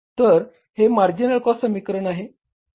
तर हे marginal cost समीकरण काय आहे